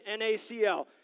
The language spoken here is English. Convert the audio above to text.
NaCl